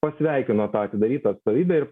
pasveikino tą atidarytą atstovybę ir